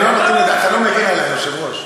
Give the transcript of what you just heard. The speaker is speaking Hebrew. אתה לא מגן עלי, היושב-ראש.